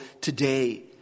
today